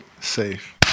Safe